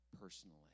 personally